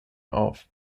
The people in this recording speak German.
auf